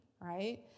right